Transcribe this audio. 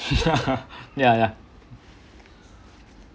ya ya